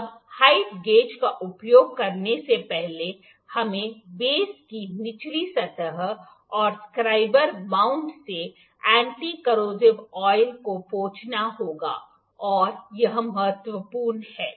अब height gauge का उपयोग करने से पहले हमें बेस की निचली सतह और स्क्राइबर माउंट से एंटी करोसिव तेल को पोंछना होगा और यह महत्वपूर्ण है